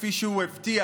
כפי שהוא הבטיח,